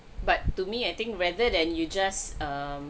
but to me I think rather than you just um